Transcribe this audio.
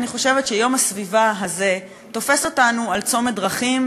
אני חושבת שיום הסביבה הזה תופס אותנו על צומת דרכים,